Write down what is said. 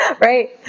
Right